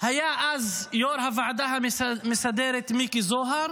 היה אז יו"ר הוועדה המסדרת מיקי זוהר